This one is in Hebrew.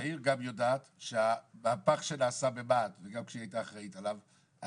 תאיר גם יודעת שהמהפך שנעשה במה"ט וגם כשהיא הייתה אחראית עליו,